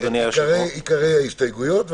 עיקרי ההסתייגויות,